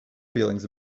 feelings